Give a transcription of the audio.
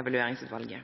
evalueringsutvalget.